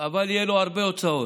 אבל יהיו לו הרבה הוצאות.